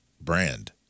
brand